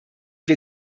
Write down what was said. wir